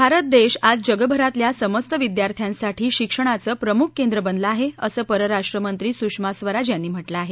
भारत देश आज जगभरातल्या समस्त विद्यार्थ्यांसाठी शिक्षणाचं प्रमुख केंद्र बनला आहे असं परराष्ट् मंत्री सुषमा स्वराज यांनी म्हटलं आहे